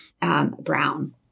Brown